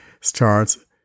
starts